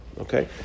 Okay